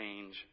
change